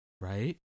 right